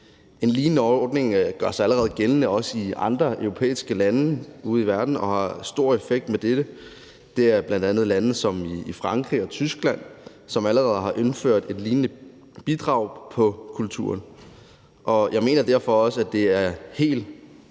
En lignende ordning gør sig allerede gældende i andre europæiske lande ude i verden og har stor effekt. Det er bl.a. i lande som Frankrig og Tyskland, som allerede har indført et lignende bidrag på kulturen. Og jeg mener derfor også, at det er helt fornuftigt